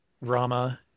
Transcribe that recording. Rama